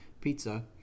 pizza